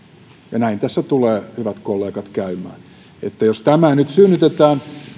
näin tässä tulee hyvät kollegat käymään jos tämä nyt synnytetään